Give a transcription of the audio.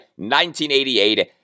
1988